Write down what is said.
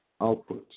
outputs